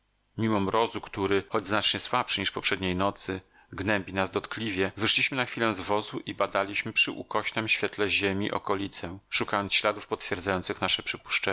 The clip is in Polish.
mimo mrozu który choć znacznie słabszy niż poprzedniej nocy gnębi nas dotkliwie wyszliśmy na chwilę z wozu i badaliśmy przy ukośnem świetle ziemi okolicę szukając śladów potwierdzających nasze